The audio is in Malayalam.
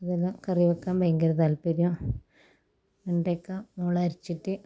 അതെല്ലാം കറി വെക്കാൻ ഭയങ്കര താൽപ്പര്യം വെണ്ടക്ക മുളകരച്ചിട്ട്